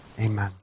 Amen